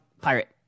Pirate